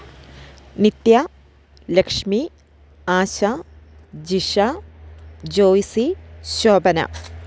Nithya Lakshmi Asha Jisha Joicy Shobhana